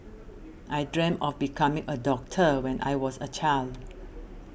I dreamt of becoming a doctor when I was a child